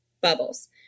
bubbles